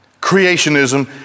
creationism